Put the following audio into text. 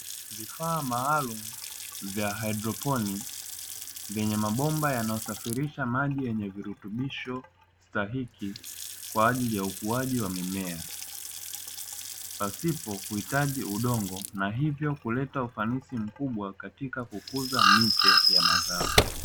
Vifaa maalumu vya hidroponi vyenye mabomba yanayo safirisha maji yenye virutubisho stahiki kwa ajili ya ukuwaji wa mimea, pasipo kuhitaji udongo na hivyo huleta ufanisi mkubwa katika kukuza miche ya mazao.